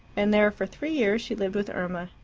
and there for three years she lived with irma,